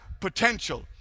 Potential